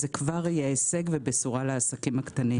זה כבר יהיה הישג ובשורה לעסקים הקטנים והבינוניים.